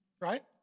Right